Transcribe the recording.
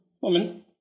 Woman